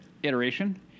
iteration